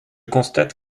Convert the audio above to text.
constate